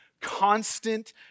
constant